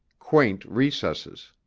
quaint recesses.